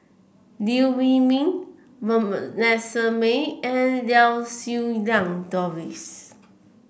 Liew Wee Mee Vanessa Mae and Lau Siew Lang Doris